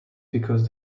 because